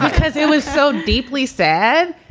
because it was so deeply sad,